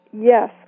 yes